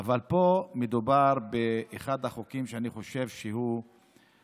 אבל פה מדובר באחד החוקים שאני חושב שהוא חוק